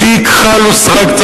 בלי כחל ושרק,